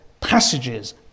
passages